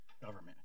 government